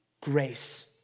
grace